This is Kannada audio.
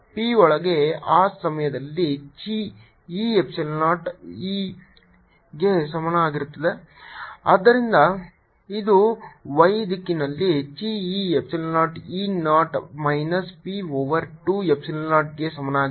P ಒಳಗೆ ಆ ಸಮಯದಲ್ಲಿ chi e Epsilon 0 E ಗೆ ಸಮಾನವಾಗಿರುತ್ತದೆ ಆದ್ದರಿಂದ ಇದು y ದಿಕ್ಕಿನಲ್ಲಿ chi e Epsilon 0 E 0 minus p over 2 Epsilon 0 ಗೆ ಸಮನಾಗಿರುತ್ತದೆ